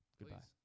Goodbye